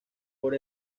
por